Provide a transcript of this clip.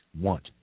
want